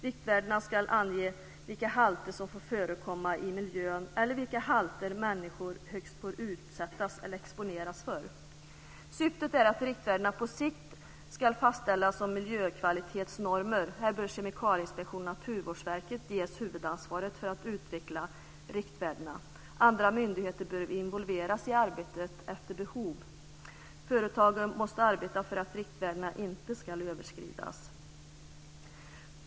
Riktvärden ska ange vilka halter som får förekomma i miljön eller vilka halter människor högst får utsättas eller exponeras för. Syftet är att riktvärdena på sikt ska fastställas som miljökvalitetsnormer. Här bör Kemikalieinspektionen och Naturvårdsverket ges huvudansvaret för att utveckla riktvärdena. Andra myndigheter bör involveras i arbetet efter behov. Företagen måste arbeta för att riktvärdena inte ska överskridas.